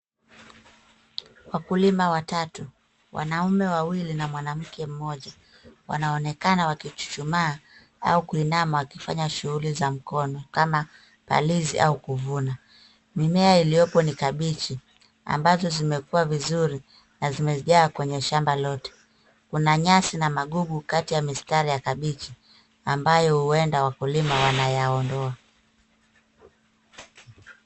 Wakulima watatu—wanaume wawili na mwanamke mmoja—wanaonekana wakichuchumaa au kuinama wakifanya shughuli za mkono kama upalilizi au kuvuna. Mimea iliopo ni kabichi. Ambacho zimekuwa vizuri na zimejaa kwenye shamba lote. Kuna nyasi na magugu, kati ya mistari ya kabichi ambayo huenda wakulima wanayaondoa.